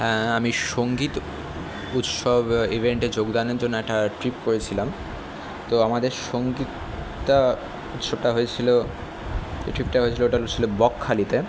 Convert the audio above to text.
হ্যাঁ আমি সঙ্গীত উৎসব ইভেন্টে যোগদানের জন্য একটা ট্রিপ করেছিলাম তো আমাদের সঙ্গীতটা কিছুটা হয়েছিলো এই ট্রিপটা হয়েছিলো ওটা ছিলো বকখালিতে